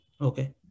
Okay